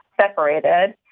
separated